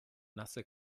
nasse